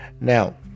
Now